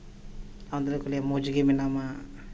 ᱟᱨ ᱚᱱᱛᱮ ᱫᱚᱠᱚ ᱢᱮᱱᱟ ᱢᱚᱡᱽ ᱜᱮ ᱢᱮᱱᱟᱢᱟ